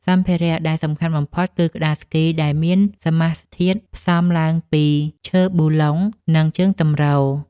សម្ភារៈដែលសំខាន់បំផុតគឺក្ដារស្គី ដែលមានសមាសធាតុផ្សំឡើងពីឈើ ប៊ូឡុង និងជើងទម្រ។